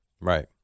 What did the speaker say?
Right